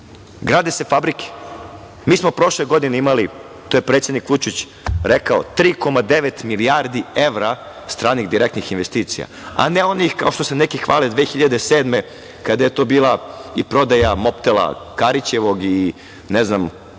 grade se fabrike. Mi smo prošle godine imali, to je predsednik Vučić rekao, 3,9 milijardi evra stranih direktnih investicija, a ne onih kao što se neki hvale 2007. godine kada je to bila i prodaja „Mobtela“ Karićevog i ne znam